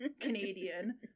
Canadian